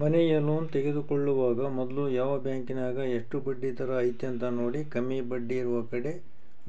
ಮನೆಯ ಲೋನ್ ತೆಗೆದುಕೊಳ್ಳುವಾಗ ಮೊದ್ಲು ಯಾವ ಬ್ಯಾಂಕಿನಗ ಎಷ್ಟು ಬಡ್ಡಿದರ ಐತೆಂತ ನೋಡಿ, ಕಮ್ಮಿ ಬಡ್ಡಿಯಿರುವ ಕಡೆ